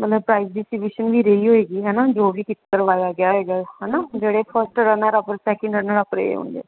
ਮਤਲਬ price distribution ਵੀ ਰਹੀ ਹੋਏਗੀ ਹੈ ਨਾ ਜੋ ਵੀ ਕੀਤ ਕਰਵਾਇਆ ਗਿਆ ਹੈਗਾ ਹੈ ਨਾ ਜਿਹੜੇ first runner up second runner up ਰਹੇ ਹੋਣਗੇ